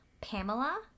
Pamela